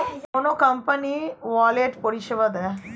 কোন কোন company wallet পরিষেবা দেয়?